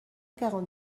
quarante